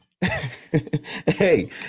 Hey